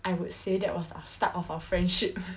I would say that was the start of our friendship